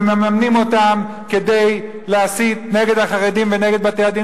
ומממנים אותם כדי להסית נגד החרדים ונגד בתי-הדין